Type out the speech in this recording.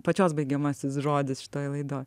pačios baigiamasis žodis šitoj laidoj